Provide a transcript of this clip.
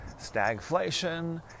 Stagflation